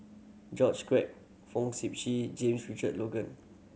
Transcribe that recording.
George Quek Fong Sip Chee James Richard Logan